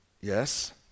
yes